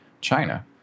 China